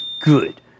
good